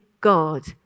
God